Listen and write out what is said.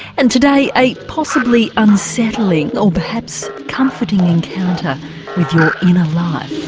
and today, a possibly unsettling or perhaps comforting encounter with your inner life.